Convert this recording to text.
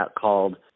called